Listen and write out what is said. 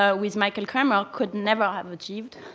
ah with michael kremer could never have achieved.